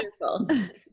wonderful